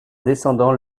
descendant